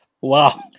Wow